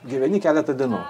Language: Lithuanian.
gyveni keletą dienų